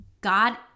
God